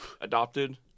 adopted